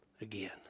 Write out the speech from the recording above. again